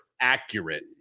accurate